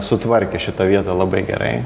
sutvarkė šitą vietą labai gerai